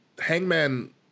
Hangman